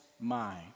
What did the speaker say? mind